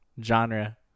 genre